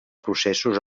processos